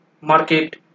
market